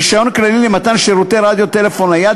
רישיון כללי למתן שירותי רדיו טלפון נייד,